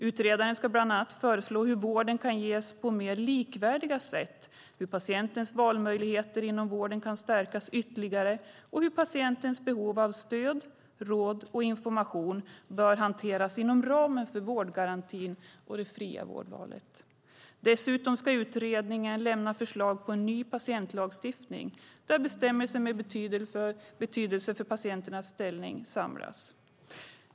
Utredaren ska bland annat föreslå hur vården kan ges på mer likvärdiga sätt, hur patientens valmöjligheter inom vården kan stärkas ytterligare och hur patientens behov av stöd, råd och information bör hanteras inom ramen för vårdgarantin och det fria vårdvalet. Dessutom ska utredningen lämna förslag på en ny patientlagstiftning där bestämmelser med betydelse för patientens ställning samlas.